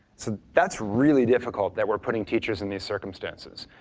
so that's really difficult that we're putting teachers in these circumstances.